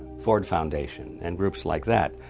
ford foundation and groups like that.